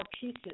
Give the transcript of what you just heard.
pieces